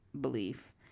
belief